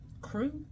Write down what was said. crew